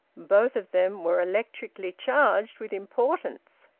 both of them were electrically charged with importance.